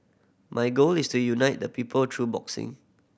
my goal is to unite the people through boxing